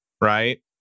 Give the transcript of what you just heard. right